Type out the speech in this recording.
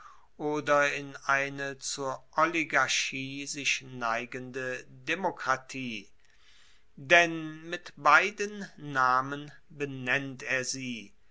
oder in eine zur oligarchie sich neigende demokratie denn mit beiden namen benennt er sie